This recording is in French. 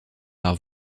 par